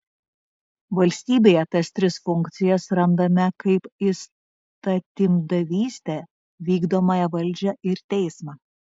valstybėje tas tris funkcijas randame kaip įstatymdavystę vykdomąją valdžią ir teismą